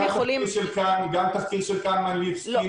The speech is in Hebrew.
של כאן יש תחקיר של --- לא,